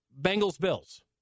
Bengals-Bills